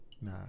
nah